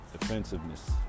offensiveness